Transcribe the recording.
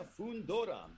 Fundora